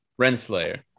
Renslayer